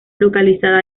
localizada